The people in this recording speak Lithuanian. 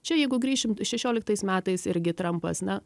čia jeigu grįšim šešioliktais metais irgi trampas na